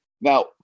Now